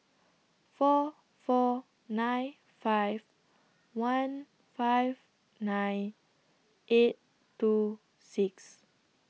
four four nine five one five nine eight two six